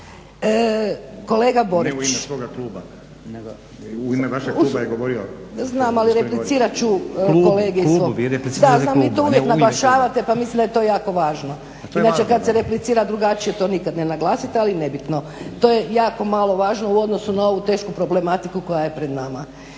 svoga kluba. U ime vašeg kluba je govorio gospodin Borić./… Znam, ali replicirat ću kolegi iz svog … …/Upadica Stazić: Klubu, vi replicirate klubu./… Da znam, vi to uvijek naglašavate, pa mislim da je to jako važno. Inače kad se replicira drugačije to nikad ne naglasite, ali nebitno. To je jako malo važno u odnosu na ovu tešku problematiku koja je pred nama.